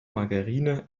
margarine